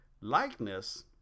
Likeness